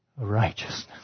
righteousness